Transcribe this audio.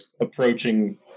approaching